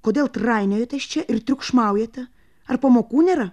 kodėl trainiojatės čia ir triukšmaujate ar pamokų nėra